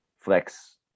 flex